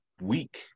week